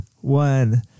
one